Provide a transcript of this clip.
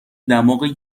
دماغ